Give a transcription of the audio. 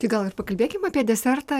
tai gal ir pakalbėkim apie desertą